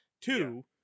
two